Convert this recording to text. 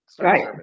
Right